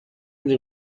ohne